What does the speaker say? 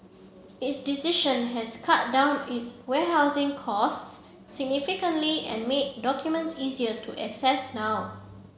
its decision has cut down its warehousing costs significantly and made documents easier to access now